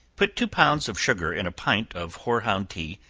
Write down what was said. put two pounds of sugar in a pint of hoarhound tea,